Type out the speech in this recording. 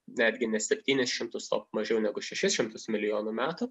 netgi ne septynis šimtus o mažiau negu šešis šimtus milijonų metų